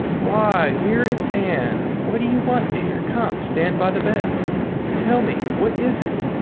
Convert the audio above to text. why, here is anne. what do you want, dear? come, stand by the bed tell me what is it?